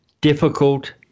difficult